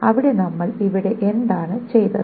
അപ്പോൾ നമ്മൾ ഇവിടെ എന്താണ് ചെയ്തത്